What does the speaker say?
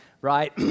right